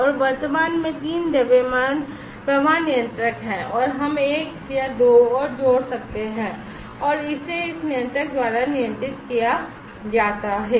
और वर्तमान में तीन द्रव्यमान प्रवाह नियंत्रक हैं और हम 1 या 2 और जोड़ सकते हैं और इसे इस नियंत्रक द्वारा नियंत्रित किया जाता है